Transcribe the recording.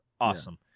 awesome